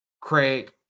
craig